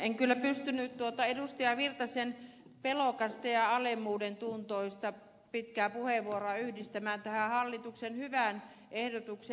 en kyllä pysty nyt tuota edustaja virtasen pelokasta ja alemmuudentuntoista pitkää puheenvuoroa yhdistämään tähän hallituksen hyvään ehdotukseen